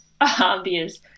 obvious